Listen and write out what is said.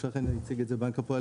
לפני כן הציג את זה בנק הפועלים,